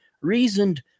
reasoned